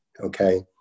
okay